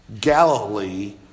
Galilee